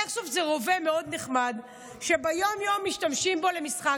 איירסופט זה רובה מאוד נחמד שביום-יום משתמשים בו למשחק.